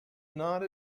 not